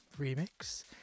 remix